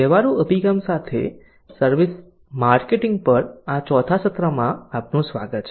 વ્યવહારુ અભિગમ સાથે સર્વિસ માર્કેટિંગ પર આ 4 થા સત્રમાં આપનું સ્વાગત છે